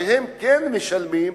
שכן משלמים,